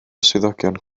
swyddogion